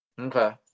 Okay